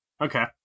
Okay